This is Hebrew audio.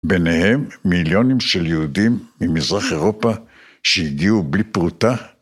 ביניהם מיליונים של יהודים ממזרח אירופה שהגיעו בלי פרוטה.